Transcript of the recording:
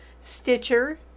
Stitcher